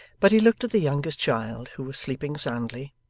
but he looked at the youngest child who was sleeping soundly,